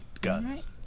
Guns